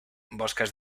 bosques